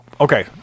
Okay